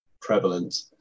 prevalent